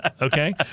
okay